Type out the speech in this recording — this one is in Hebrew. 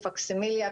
פקסימיליה,